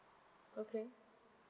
okay